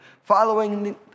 following